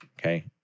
okay